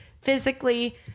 physically